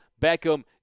Beckham